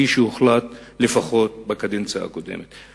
כפי שהוחלט לפחות בקדנציה הקודמת.